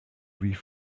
wie